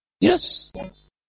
Yes